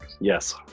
Yes